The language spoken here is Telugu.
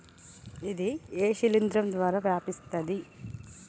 ఇది ఏ శిలింద్రం ద్వారా వ్యాపిస్తది?